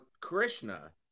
Krishna